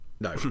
No